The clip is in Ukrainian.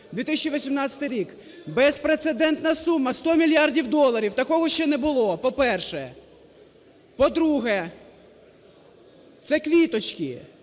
2018 рік: безпрецедентна сума – 100 мільярдів доларів. Такого ще не було, по-перше. По-друге, це квіточки,